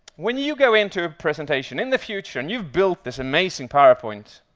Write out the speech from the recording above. when you go into a presentation in the future, and you've built this amazing powerpoint,